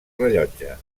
rellotge